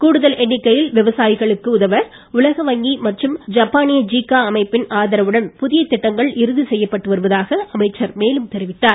கூடுகல் எண்ணிக்கையில் விவசாயிகளுக்கு உதவ உலக வங்கி மற்றும் ஜப்பானிய ஜீக்கா அமைப்பின் ஆதரவுடன் புதிய திட்டங்கள் இறுதி செய்யப்பட்டு வருவதாக அமைச்சர் மேலும் தெரிவித்தார்